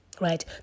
right